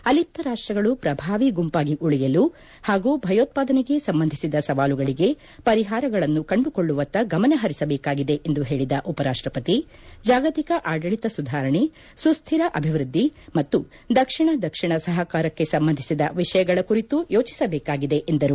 ಅಲಿಪ್ತ ರಾಷ್ಟಗಳು ಪ್ರಭಾವಿ ಗುಂಪಾಗಿ ಉಳಿಯಲು ಹಾಗೂ ಭಯೋತ್ವಾದನೆಗೆ ಸಂಬಂಧಿಸಿದ ಸವಾಲುಗಳಿಗೆ ಪರಿಹಾರಗಳನ್ನು ಕಂಡುಕೊಳ್ಳುವತ್ತ ಗಮನಪರಿಸಬೇಕಾಗಿದೆ ಎಂದು ಹೇಳಿದ ಉಪರಾಷ್ಟವತಿ ಜಾಗತಿಕ ಆಡಳಿತ ಸುಧಾರಣೆ ಸುಕ್ಕಿರ ಅಭಿವ್ಯದ್ಧಿ ಮತ್ತು ದಕ್ಷಿಣ ದಕ್ಷಿಣ ಸಹಕಾರಕ್ಕೆ ಸಂಬಂಧಿಸಿದ ವಿಷಯಗಳ ಕುರಿತೂ ಯೋಜಿಸಬೇಕಾಗಿದೆ ಎಂದರು